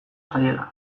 zaiela